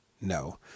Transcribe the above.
No